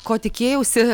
ko tikėjausi